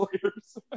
players